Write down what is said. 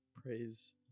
Praise